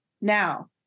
Now